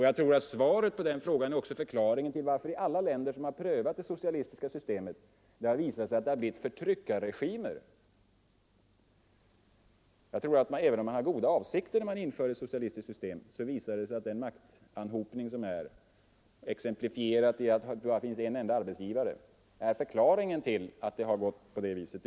Jag tror att svaret på den frågan också är förklaringen till att det i alla länder som prövat det socialistiska systemet har blivit förtryckarregimer. Även om man har haft goda avsikter när man infört ett socialistiskt system, så har den maktanhopning som exemplifieras av att det bara finns en enda arbetsgivare lett till att det gått på det viset.